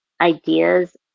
ideas